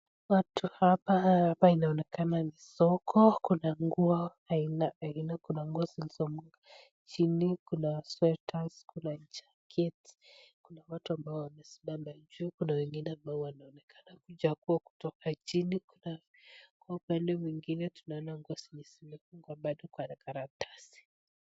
Watu hapa, hapa inaonekana ni soko. Kuna nguo aina aina, kuna nguo zilizo chini, kuna sweta, kuna jacket ,kuna watu ambao wamesimama juu, kuna wengine ambao wanaonekana kuchagua kutoka chin, kuna kwa upande mwingine tunaona nguo zenye zimefungwa bado kwa karatasi.